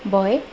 বয়